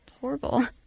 horrible